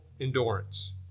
endurance